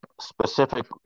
specific